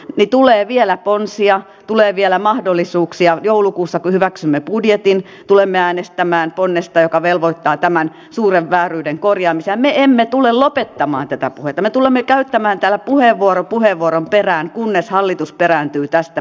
niin tulee vielä ponsia tulee vielä mahdollisuuksia joulukuussa kun hyväksymme budjetin tulemme äänestämään ponnesta joka velvoittaa tämän suuren vääryyden korjaamiseen me emme tule lopettamaan tätä puhetta me tulemme käyttämään täällä puheenvuoron puheenvuoron perään kunnes hallitus perääntyy tästä